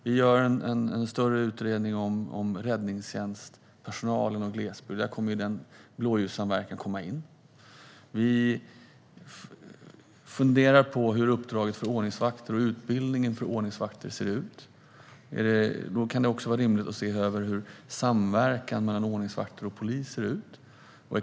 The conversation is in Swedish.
Det pågår en större utredning om räddningstjänstpersonal i glesbygden, och där kommer blåljussamverkan att komma in. Vi funderar på hur uppdraget för ordningsvakter och utbildning av ordningsvakter ser ut. Då kan det också vara rimligt att se över hur samverkan mellan ordningsvakter och polis fungerar.